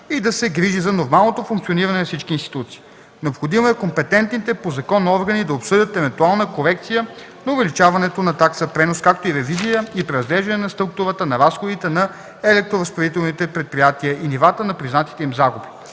и да се грижи за нормалното функциониране на всички институции. Необходимо е компетентните по закон органи да обсъдят евентуална корекция на увеличаването на такса „пренос”, както и ревизия и преразглеждане на структурата на разходите на електроразпределителните предприятия и нивата на признатите им загуби.